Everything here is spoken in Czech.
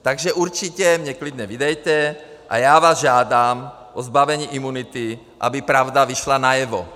Takže určitě mě klidně vydejte a já vás žádám o zbavení imunity, aby pravda vyšla najevo.